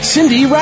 Cindy